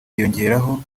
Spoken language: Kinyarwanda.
hiyongeraho